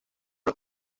los